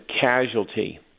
casualty